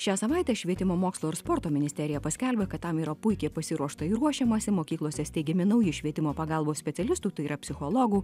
šią savaitę švietimo mokslo ir sporto ministerija paskelbė kad tam yra puikiai pasiruošta ir ruošiamasi mokyklose steigiami nauji švietimo pagalbos specialistų tai yra psichologų